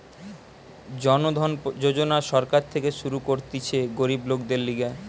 জন ধন যোজনা সরকার থেকে শুরু করতিছে গরিব লোকদের লিগে